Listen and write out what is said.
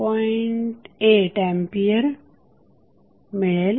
8 ampere मिळेल